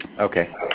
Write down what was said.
Okay